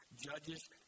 judges